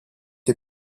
les